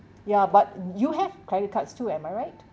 ya but you have credit cards too am I right